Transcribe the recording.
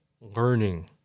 learning